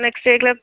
next வீக்கில்